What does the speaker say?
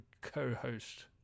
co-host